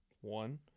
one